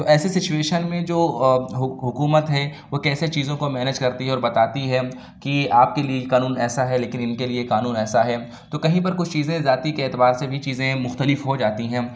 تو ایسی سچویشن میں جو حکومت ہے وہ کیسے چیزوں کو مینج کرتی ہے اور بتاتی ہے کہ آپ کے لیے یہ قانون ایسا ہے لیکن ان کے لیے قانون ایسا ہے تو کہیں پر کچھ چیزیں ذاتی کے اعتبار سے بھی چیزیں مختلف ہو جاتی ہیں